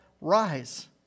rise